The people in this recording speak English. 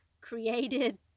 created